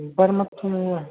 बरं मग तुम्हाला